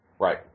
Right